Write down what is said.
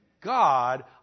God